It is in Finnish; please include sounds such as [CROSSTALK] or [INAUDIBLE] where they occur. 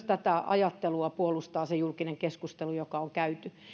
[UNINTELLIGIBLE] tätä ajattelua puolustaa myös se julkinen keskustelu joka on käyty